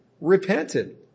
repented